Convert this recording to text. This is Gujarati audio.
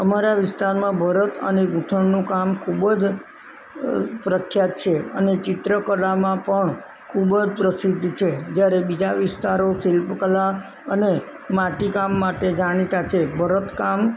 અમારા વિસ્તારમાં ભરત અને ગુંથણનું કામ ખૂબ જ પ્રખ્યાત છે અને ચિત્રકલામાં પણ ખૂબ જ પ્રસિદ્ધ છે જ્યારે બીજા વિસ્તારો શિલ્પકલા અને માટી કામ માટે જાણીતા છે ભરતકામ